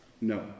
no